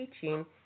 teaching